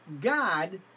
God